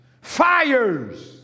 fires